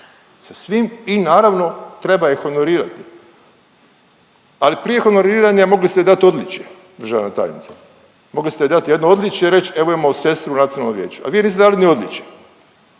voditi. I naravno treba je honorirati. Ali prije honoriranja mogli ste joj dati odličje državna tajnice, mogli ste joj dati jedno odličje i reći evo imamo sestru u Nacionalnom vijeću, a vi joj niste dali ni odličje,